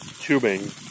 tubing